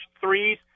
threes